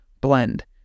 blend